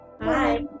hi